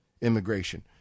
immigration